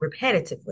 repetitively